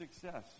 success